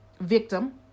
victim